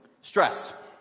Stress